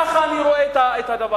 ככה אני רואה את הדבר.